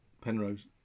Penrose